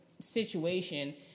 situation